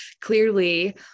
clearly